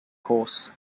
horse